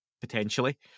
potentially